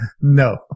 No